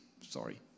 Sorry